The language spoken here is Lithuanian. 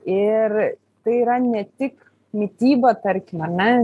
ir tai yra ne tik mityba tarkim ar ne